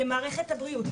למערכת הבריאות,